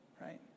right